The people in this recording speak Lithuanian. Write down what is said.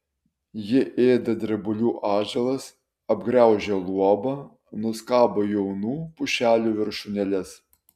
jie ėda drebulių atžalas apgraužia luobą nuskabo jaunų pušelių viršūnėles